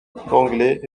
anglais